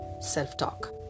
self-talk